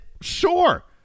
sure